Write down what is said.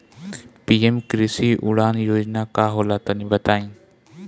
PM Krishi Udan Yojana का होला तनि बताई?